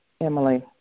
Emily